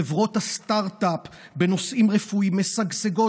חברות הסטרטאפ בנושאים רפואיים משגשגות.